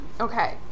Okay